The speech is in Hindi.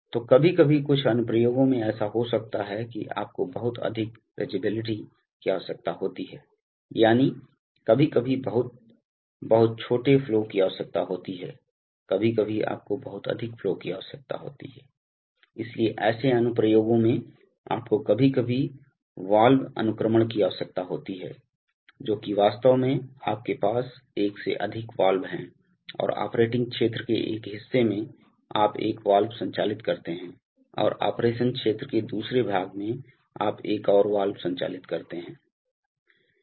तो कभी कभी कुछ अनुप्रयोगों में ऐसा हो सकता है कि आपको बहुत अधिक रेज़ेबिलिटी की आवश्यकता होती है यानी कभी कभी बहुत बहुत छोटे फ्लो की आवश्यकता होती है कभी कभी आपको बहुत अधिक फ्लो की आवश्यकता होती है इसलिए ऐसे अनुप्रयोगों में आपको कभी कभी वाल्व अनुक्रमण की आवश्यकता होती है जो कि वास्तव में आपके पास एक से अधिक वाल्व हैं और ऑपरेटिंग क्षेत्र के एक हिस्से में आप एक वाल्व संचालित करते हैं और ऑपरेशन क्षेत्र के दूसरे भाग में आप एक और वाल्व संचालित करते हैं